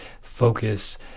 focus